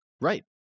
right